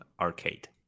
arcade